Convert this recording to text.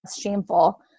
shameful